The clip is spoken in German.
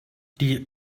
die